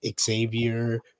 Xavier